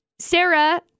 Sarah